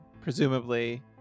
presumably